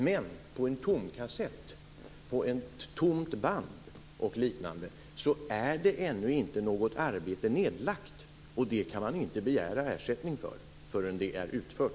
Men på en tomkassett, på ett tomt band e.d. är ännu inte något arbete nedlagt, och man kan inte begära ersättning förrän detta är utfört.